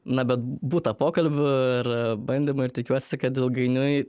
na bet būta pokalbių ir bandymų ir tikiuosi kad ilgainiui